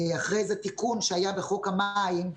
אחרי תיקון שהיה בחוק המים,